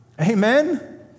Amen